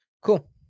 Cool